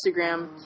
Instagram